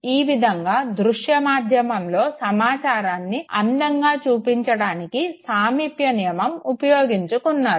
ఈ విధంగా దృశ్య మాధ్యమంలో సమాచారాన్ని అందంగా చూపిచడానికి సామీప్య నియమం ఉపయోగించుకున్నారు